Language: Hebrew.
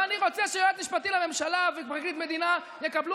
ואני רוצה שיועץ משפטי לממשלה ופרקליט מדינה יקבלו